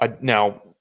Now